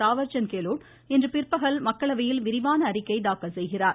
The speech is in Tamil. தாவர்சந்த் கெலோட் இன்று பிற்பகல் மக்களவையில் விரிவான அறிக்கை தாக்கல் செய்கிறார்